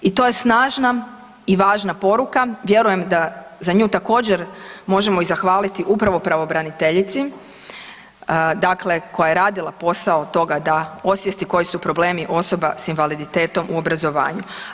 I to je snažna i važna poruka, vjerujem da za nju također možemo i zahvaliti upravo pravobraniteljici, dakle koja je radila posao toga da osvijesti koji su problemi osoba s invaliditetom u obrazovanju.